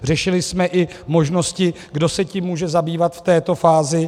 Řešili jsme i možnosti, kdo se tím může zabývat v této fázi.